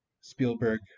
Spielberg